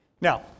now